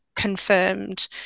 confirmed